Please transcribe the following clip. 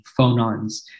phonons